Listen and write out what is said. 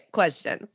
question